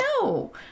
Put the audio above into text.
no